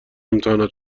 امتحانات